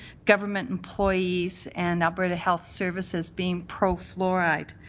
government employees and alberta health services being pro-fluoride.